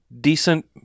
decent